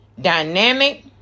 dynamic